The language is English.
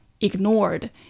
ignored